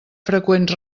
freqüents